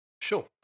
Sure